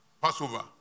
Passover